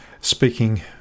Speaking